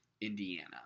Indiana